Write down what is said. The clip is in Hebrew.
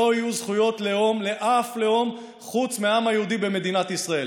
לא יהיו זכויות לאום לאף לאום חוץ מהעם היהודי במדינת ישראל.